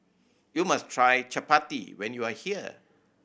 you must try Chapati when you are here